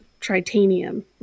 tritanium